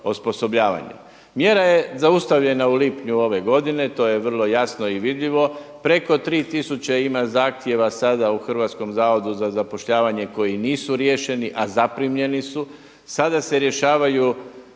Mjera je zaustavljena u lipnju ove godine. To je vrlo jasno i vidljivo. Preko 3000 ima zahtjeva sada u Hrvatskom zavodu za zapošljavanje koji nisu riješeni, a zaprimljeni su. Sada se rješavaju